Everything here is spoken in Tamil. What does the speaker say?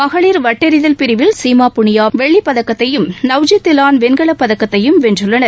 மகளிர் வட்டெறிதல் பிரிவில் சீமா புனியா வெள்ளிப்பதக்கத்தையும் நவ்ஜித் திவான் வெண்கலப்பதக்கத்தையும் வென்றுள்ளனர்